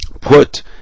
put